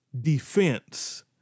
defense